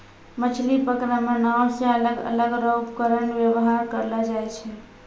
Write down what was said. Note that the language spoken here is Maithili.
मछली पकड़ै मे नांव से अलग अलग रो उपकरण वेवहार करलो जाय छै